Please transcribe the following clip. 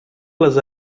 les